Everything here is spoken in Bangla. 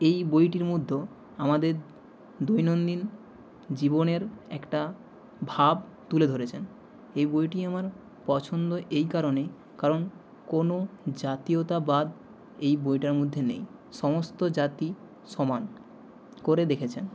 এই বইটির মধ্যে আমাদের দৈনন্দিন জীবনের একটা ভাব তুলে ধরেছেন এই বইটি আমার পছন্দ এই কারণেই কারণ কোনো জাতীয়তাবাদ এই বইটার মধ্যে নেই সমস্ত জাতি সমান করে দেখেছেন